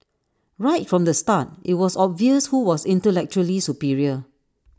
right from the start IT was obvious who was intellectually superior